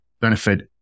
benefit